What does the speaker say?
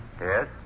Yes